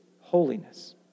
holiness